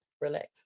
Relax